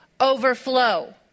overflow